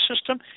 system